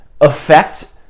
affect